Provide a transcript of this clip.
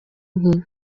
nke